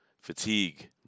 fatigue